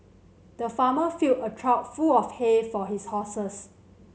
the farmer filled a trough full of hay for his horses